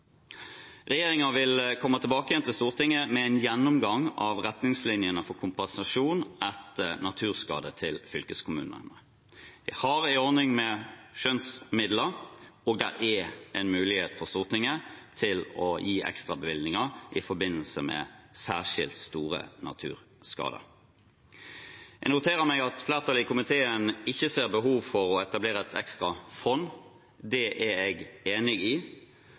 vil komme tilbake til Stortinget med en gjennomgang av retningslinjene for kompensasjon etter naturskade til fylkeskommunene. Vi har en ordning med skjønnsmidler, og det er en mulighet for Stortinget til å gi ekstrabevilgninger i forbindelse med særskilt store naturskader. Jeg noterer meg at flertallet i komiteen ikke ser behov for å etablere et ekstra fond. Det er jeg enig i.